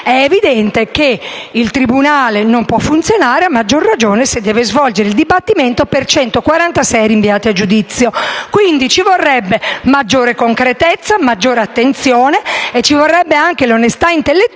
è evidente che il tribunale non può funzionare, a maggior ragione se deve svolgere il dibattimento per 146 rinviati a giudizio. Quindi, occorrerebbero maggior concretezza, attenzione e anche l'onestà intellettuale